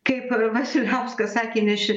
kaip vasiliauskas sakė ne ši